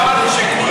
לא אמרתי.